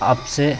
आपसे